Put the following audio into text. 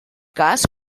cas